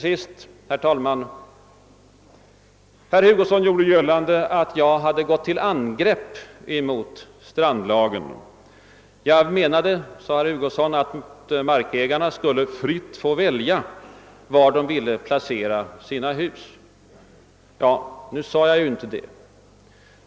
Herr Hugosson gjorde gällande att jag hade gått till angrepp mot strandlagen. Jag menade, sade herr Hugosson, att markägarna fritt skulle få välja var de ville placera sina hus. Det sade jag inte.